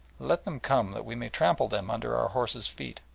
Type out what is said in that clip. let them come that we may trample them under our horses' feet!